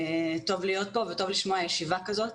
טוב להיות פה, וטוב לשמוע ישיבה כזאת.